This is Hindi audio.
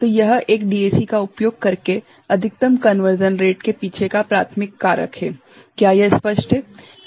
तो यह एक DAC का उपयोग करके अधिकतम कनवर्ज़न रेट के पीछे का प्राथमिक कारक है क्या यह स्पष्ट है